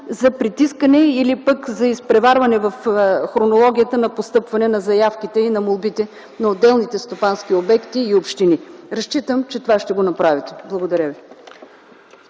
за притискане или за изпреварване в хронологията на постъпване на заявките и на молбите на отделните стопански обекти и общини. Разчитам, че ще направите това. Благодаря ви.